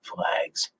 Flags